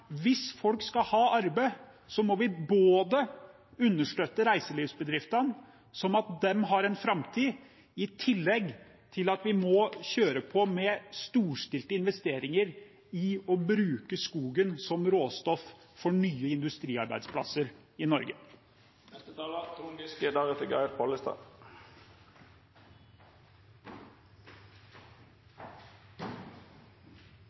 Hvis folk skal ha arbeid, må vi både understøtte reiselivsbedriftene slik at de har en framtid, og i tillegg må vi kjøre på med storstilte investeringer i det å bruke skogen som råstoff, for nye industriarbeidsplasser i